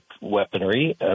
weaponry